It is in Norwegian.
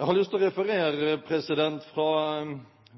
Jeg har lyst til å referere fra